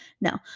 No